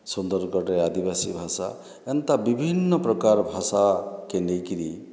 ସୁନ୍ଦରଗଡ଼ରେ ଆଦିବାସୀ ଭାଷା ଏନ୍ତା ବିଭିନ୍ନ ପ୍ରକାର ଭାଷା କେ ନେଇକିରି